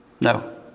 No